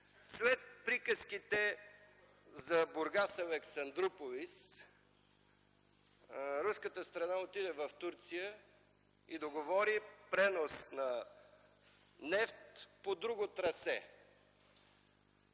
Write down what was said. След приказките за Бургас Александруполис, руската страна отиде в Турция и договори пренос на нефт по друго трасе.